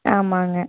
ஆமாங்க